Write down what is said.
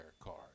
card